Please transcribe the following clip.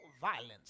violence